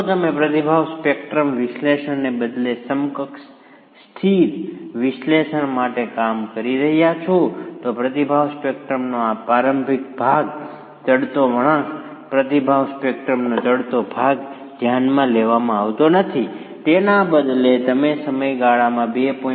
જો તમે પ્રતિભાવ સ્પેક્ટ્રમ વિશ્લેષણને બદલે સમકક્ષ સ્થિર વિશ્લેષણ સાથે કામ કરી રહ્યાં છો તો પ્રતિભાવ સ્પેક્ટ્રમનો આ પ્રારંભિક ભાગ ચડતો વળાંક પ્રતિભાવ સ્પેક્ટ્રમનો ચડતો ભાગ ધ્યાનમાં લેવામાં આવતો નથી અને તેના બદલે તમે સમય ગાળામાં 2